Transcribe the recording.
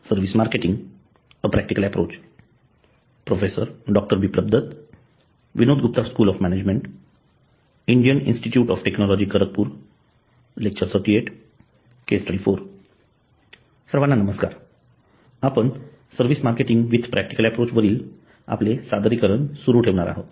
सर्वांना नमस्कार आपण service marketing with practical approach वरील आपले सादरीकरण सुरू ठेवणार आहोत